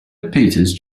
peters